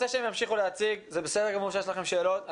זה בסדר שיש לכם שאלות.